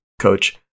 coach